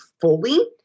fully